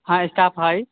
हँ स्टाफ हइ